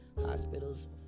hospitals